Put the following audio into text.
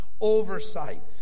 Oversight